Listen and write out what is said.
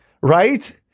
right